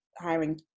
hiring